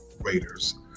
Raiders